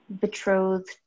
betrothed